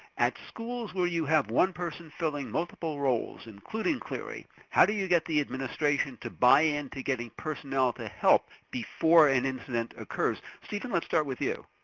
at schools where you have one person filling multiple roles, including clery, how do you get the administration to buy-in to getting personnel to help before an incident occurs? steven, let's start with you.